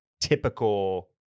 typical